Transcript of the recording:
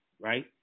Right